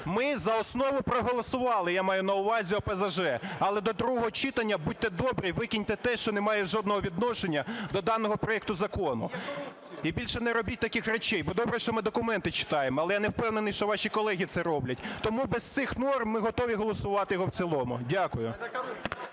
Ми за основу проголосували, я маю на увазі ОПЗЖ. Але до другого читання, будьте добрі, викиньте те, що не має жодного відношення до даного проекту закону. І більше не робіть таких речей. Бо добре, що ми документи читаємо. Але я не впевнений, що ваші колеги це роблять. Тому без цих норм ми готові голосувати його в цілому. Дякую.